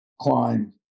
climbed